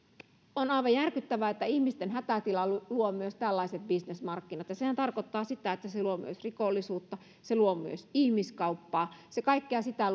on aivan järkyttävää että ihmisten hätätila luo luo myös tällaiset bisnesmarkkinat ja sehän tarkoittaa sitä että se luo myös rikollisuutta se luo myös ihmiskauppaa se luo kaikkea sitä